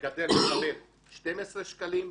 המגדל מקבל 12 שקלים.